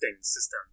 system